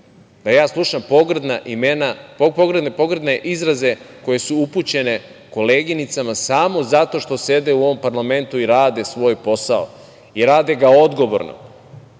da ja slušam pogrdne izraze koji su upućeni koleginicama samo zato što sede u ovom parlamentu i rade svoj posao i rade ga odgovorno